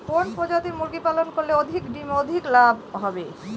কোন প্রজাতির মুরগি পালন করলে অধিক ডিম ও অধিক লাভ হবে?